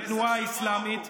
לתנועה האסלאמית.